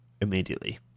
immediately